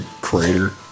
crater